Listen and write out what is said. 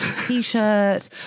T-shirt